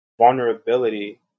Vulnerability